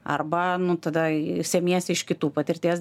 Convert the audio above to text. arba nu tada semiesi iš kitų patirties